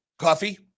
Coffee